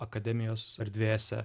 akademijos erdvėse